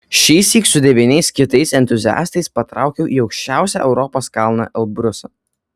šįsyk su devyniais kitais entuziastais patraukiau į aukščiausią europos kalną elbrusą